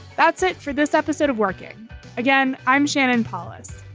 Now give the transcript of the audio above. that's it for this episode of working again. i'm shannon polys.